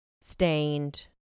Stained